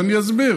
אבל אני אסביר.